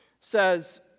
says